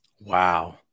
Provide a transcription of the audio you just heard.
Wow